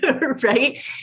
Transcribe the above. right